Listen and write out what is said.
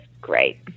great